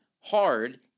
hard